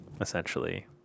essentially